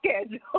schedule